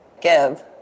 give